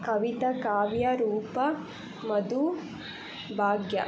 Kavita Kavya Roopa Madhu Bhagya